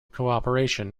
cooperation